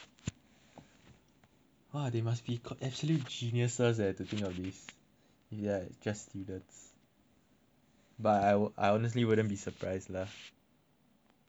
ah they must be actually genius to think of this like just students but I I honestly wouldn't be surprised lah